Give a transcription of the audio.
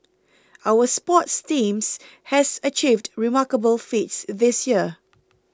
our sports teams has achieved remarkable feats this year